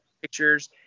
pictures